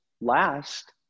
last